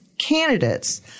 candidates